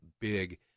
big